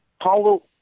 Paulo